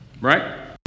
right